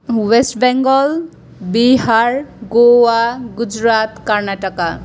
West Bengal Bihar Goa Gujarat Karnataka